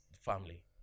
family